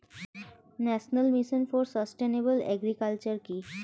National mission for sustainable agriculture কি?